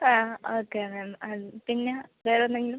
ആ okay ma'am ആ പിന്നെ വേറെ എന്തെങ്കിലും